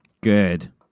Good